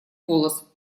голос